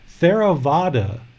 theravada